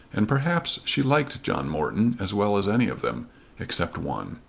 and perhaps she liked john morton as well as any of them except one.